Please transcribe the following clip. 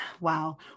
wow